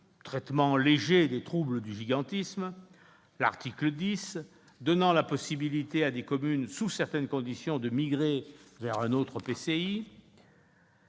traitement léger des troubles du gigantisme. L'article 10 donne la possibilité à des communes, sous certaines conditions, de migrer vers un autre EPCI.